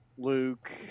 Luke